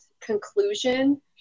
conclusion